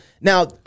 Now